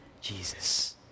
Jesus